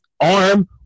arm